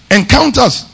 encounters